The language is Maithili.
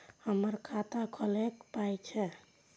हमर खाता खौलैक पाय छै